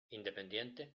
independiente